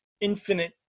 infinite